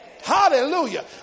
Hallelujah